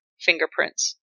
fingerprints